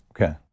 okay